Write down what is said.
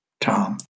tom